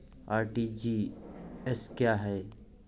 RTGS क्या है?